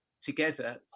together